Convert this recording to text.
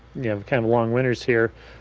you have kinda long winters here,